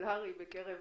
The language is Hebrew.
פופולרי בקרב